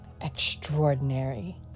extraordinary